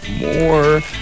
more